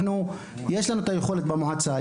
יש לנו את היכולת במועצה,